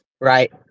Right